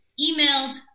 emailed